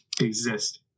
exist